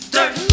Dirt